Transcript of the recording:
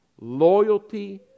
loyalty